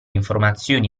informazioni